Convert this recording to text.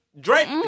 Drake